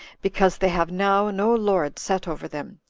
because they have now no lord set over them,